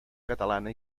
catalana